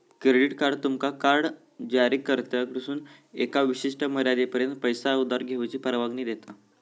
credit card तुमका card जारीकर्त्याकडसून एका विशिष्ट मर्यादेपर्यंत पैसो उधार घेऊची परवानगी देता